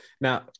Now